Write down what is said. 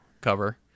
cover